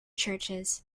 churches